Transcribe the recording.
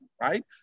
right